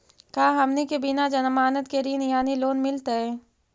का हमनी के बिना जमानत के ऋण यानी लोन मिलतई?